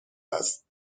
است